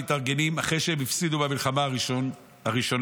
מתארגנים אחרי שהם הפסידו במלחמה הראשונה.